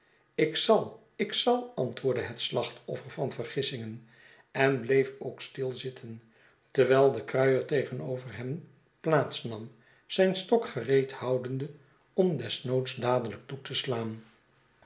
ik zal ik zal antwoordde het slachtoffer van vergissingen en bleef ook stil zitten terwijl de kruier tegenover hem plaats nam zijn stok gereed houdende om desnoods dadelijk toe te slaan